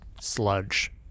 sludge